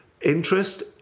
Interest